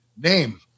name